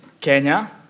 Kenya